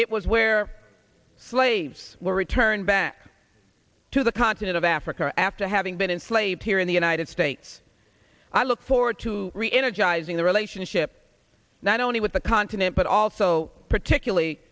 it was where slaves were returned back to the continent of africa after having been in slave here in the united states i look forward to reenergize in the relationship not only with the continent but also particularly